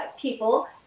people